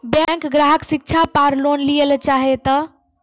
Bank ग्राहक शिक्षा पार लोन लियेल चाहे ते?